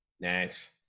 Nice